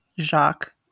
Jacques